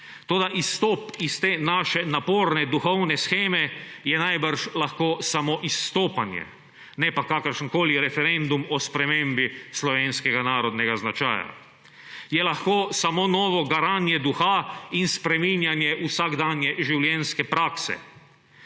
Toda izstop iz te naše naporne duhovne sheme je najbrž lahko samo izstopanje, ne pa kakršenkoli referendum o spremembi slovenskega narodnega značaja. Je lahko samo novo garanje duha in spreminjanje vsakdanje življenjske prakse.